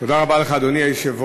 תודה רבה לך, אדוני היושב-ראש.